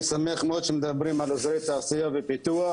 שמח מאוד שמדברים על אזורי תעשייה ופיתוח.